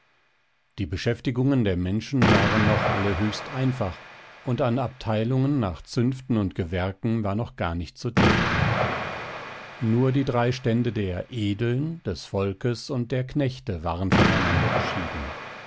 die beschäftigungen der menschen waren noch alle höchst einfach und an abteilungen nach zünften und gewerken war noch gar nicht zu denken nur die drei stände der edeln des volkes und der knechte waren voneinander geschieden